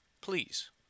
Please